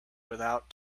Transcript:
without